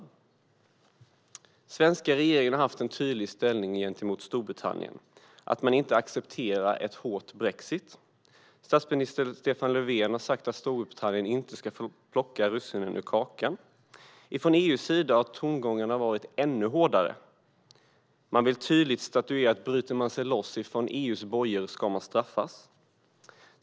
Den svenska regeringen har haft en tydlig ställning gentemot Storbritannien: Man accepterar inte en hård brexit. Statsminister Stefan Löfven har sagt att Storbritannien inte ska få plocka russinen ur kakan. Från EU:s sida har tongångarna varit ännu hårdare - man vill tydligt statuera att den som bryter sig loss från EU:s bojor ska straffas.